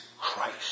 Christ